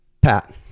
pat